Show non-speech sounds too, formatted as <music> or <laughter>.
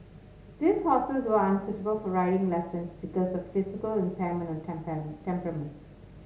these horses were unsuitable for riding lessons because of physical impairment or <unintelligible> temperament